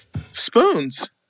Spoons